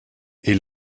est